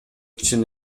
чын